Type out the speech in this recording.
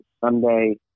Sunday